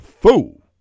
fool